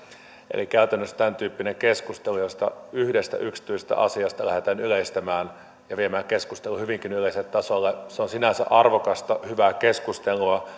eli käytännössä tämäntyyppinen keskustelu jossa yhdestä yksityisestä asiasta lähdetään yleistämään ja viemään keskustelu hyvinkin yleiselle tasolle on sinänsä arvokasta hyvää keskustelua